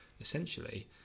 essentially